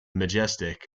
majestic